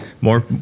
More